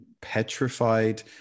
petrified